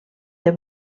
del